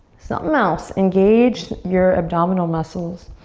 something else. engage your abdominal muscles.